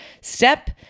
step